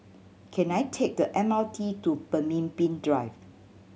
can I take the M R T to Pemimpin Drive